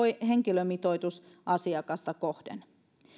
henkilömitoitus asiakasta kohden